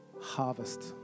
harvest